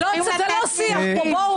זה לא שיח פה.